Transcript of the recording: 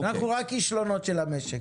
אנחנו רק כישלונות של המשק.